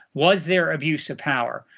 was there abuse of power?